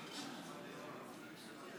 מה, אדוני השר?